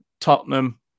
Tottenham